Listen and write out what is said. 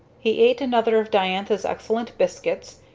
he ate another of diantha's excellent biscuits,